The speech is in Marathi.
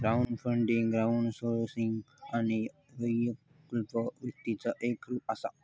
क्राऊडफंडींग क्राऊडसोर्सिंग आणि वैकल्पिक वित्ताचा एक रूप असा